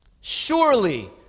Surely